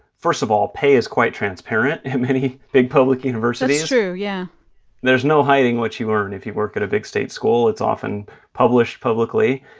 first of all, pay is quite transparent at many big public universities that's true, yeah there's no hiding what you earn if you work at a big state school. it's often published publicly.